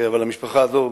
אבל המשפחה הזאת,